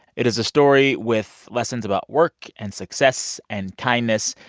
it is a story with lessons about work and success and kindness.